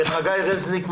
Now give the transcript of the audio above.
לחגי רזניק,